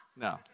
No